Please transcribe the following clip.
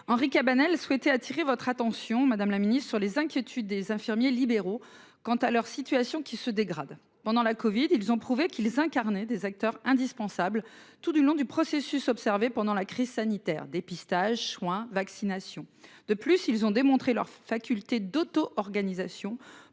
Henri Cabanel souhaité attirer votre attention, madame la Ministre, sur les inquiétudes des infirmiers libéraux quant à leur situation qui se dégrade pendant la Covid. Ils ont prouvé qu'ils incarnaient des acteurs indispensables tout du long du processus observé pendant la crise sanitaire dépistage soins vaccination. De plus, ils ont démontré leur faculté d'auto-organisation